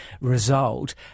result